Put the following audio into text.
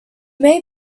may